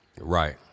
Right